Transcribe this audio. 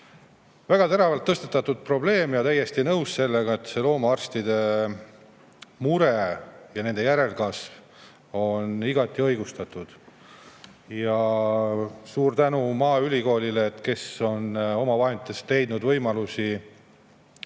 Väga teravalt tõstatatud probleem. Olen täiesti nõus sellega, et loomaarstide mure nende järelkasvu pärast on igati õigustatud. Suur tänu maaülikoolile, kes on omavahenditest leidnud võimalusi